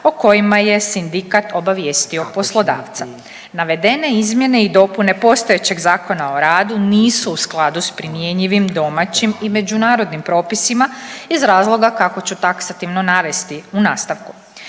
o kojima je sindikat obavijestio poslodavca. Navedene izmjene i dopune postojećeg Zakona o radu nisu u skladu s primjenjivim domaćim i međunarodnim propisima iz razloga kako ću taksativno navesti u nastavku.